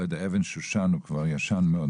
לא יודע, אבן שושן הוא כבר ישן מאוד.